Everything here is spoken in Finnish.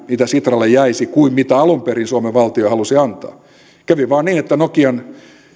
mitä sitralle jäisi on enemmän kuin mitä alun perin suomen valtio halusi antaa kävi vain niin että nokian